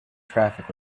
traffic